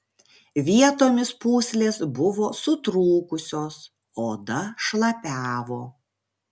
vietomis pūslės buvo sutrūkusios oda šlapiavo